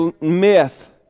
myth